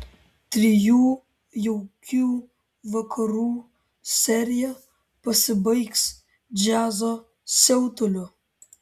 trijų jaukių vakarų serija pasibaigs džiazo siautuliu